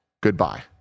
Goodbye